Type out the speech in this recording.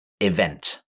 event